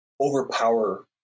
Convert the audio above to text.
overpower